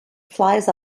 flies